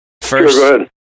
First